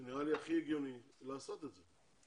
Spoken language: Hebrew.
זה נראה לי הכי הגיוני לעשות את זה.